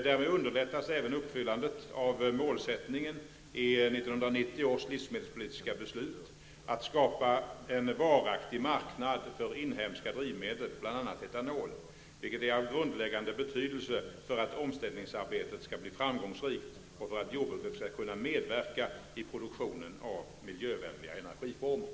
Därmed underlättas även uppfyllandet av målsättningen i 1990 års livsmedelspolitiska beslut, att skapa en varaktig marknad för inhemska drivmedel, bl.a. etanol, vilket är av grundläggande betydelse för att omställningsarbetet skall bli framgångsrikt och för att jordbruket skall kunna medverka i produktionen av miljövänliga energiformer.